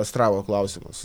astravo klausimus